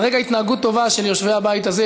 על רקע התנהגות טובה של יושבי הבית הזה,